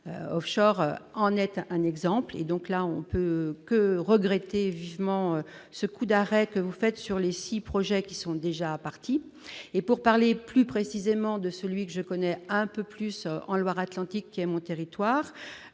Offshore en est un exemple et donc là on peut que regretter vivement ce coup d'arrêt que vous faites sur les 6 projets qui sont déjà partis et pour parler plus précisément de celui que je connais un peu plus en Loire-Atlantique, qui est mon territoire